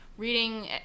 reading